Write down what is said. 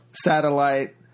Satellite